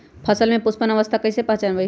फसल में पुष्पन अवस्था कईसे पहचान बई?